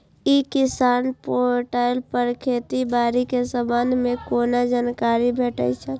ई किसान पोर्टल पर खेती बाड़ी के संबंध में कोना जानकारी भेटय छल?